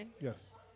Yes